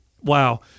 Wow